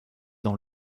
dans